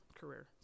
career